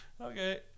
Okay